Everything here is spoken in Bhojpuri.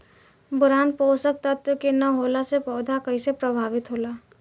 बोरान पोषक तत्व के न होला से पौधा कईसे प्रभावित होला?